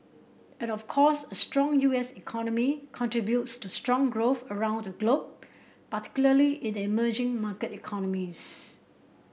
and of course a strong U S economy contributes to strong growth around the globe particularly in the emerging market economies